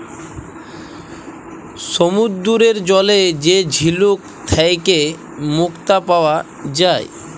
সমুদ্দুরের জলে যে ঝিলুক থ্যাইকে মুক্তা পাউয়া যায়